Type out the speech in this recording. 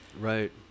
Right